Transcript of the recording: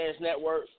Network